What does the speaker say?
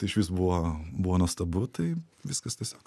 tai išvis buvo buvo nuostabu tai viskas tiesiog